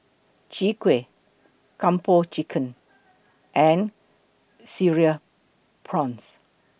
Chwee Kueh Kung Po Chicken and Cereal Prawns